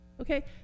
Okay